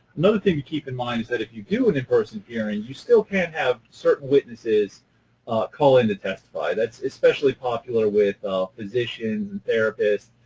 another thing to keep in mind is that if you do an in-person hearing, you still can have certain witnesses call in to testify. that's especially popular with physicians and therapists,